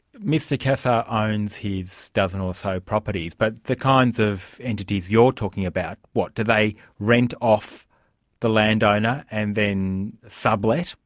mr cassar owns his dozen or so properties, but the kinds of entities you're talking about, what do they rent off the land owner and then sub-let?